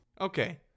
Okay